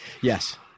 Yes